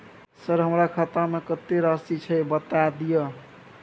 Sir हमरा खाता में कुल कत्ते राशि छै बता दिय?